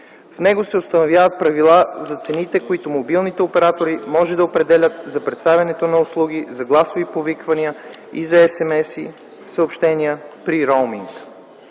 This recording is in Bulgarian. В него се установяват правила за цените, които мобилните оператори може да определят за предоставянето на услуги за гласови повиквания и за SMS съобщения при роуминг.